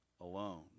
alone